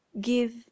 give